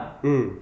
mm